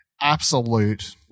absolute